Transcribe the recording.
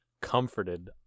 comforted